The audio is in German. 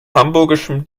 hamburgischem